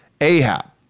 Ahab